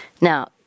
Now